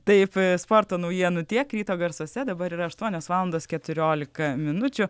taip sporto naujienų tiek ryto garsuose dabar ir aštuonias valandas keturiolika minučių